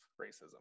racism